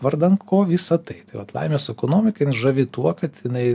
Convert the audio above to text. vardan ko visa tai tai vat laimės ekonomika jin žavi tuo kad jinai